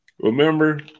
Remember